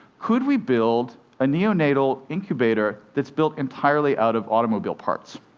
could we build a neonatal incubator that's built entirely out of automobile parts?